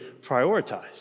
prioritize